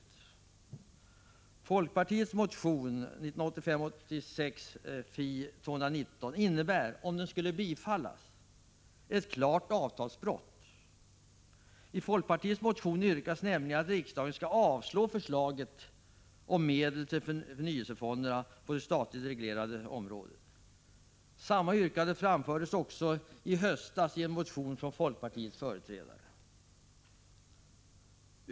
Ett bifall till folkpartiets motion 1985/86:Fi219 skulle innebära ett klart avtalsbrott. I folkpartiets motion yrkas nämligen att riksdagen skall avslå förslaget om anvisning av medel till förnyelsefonderna på det statligt reglerade området. Samma yrkande framfördes också i höstas i en motion från folkpartiets företrädare.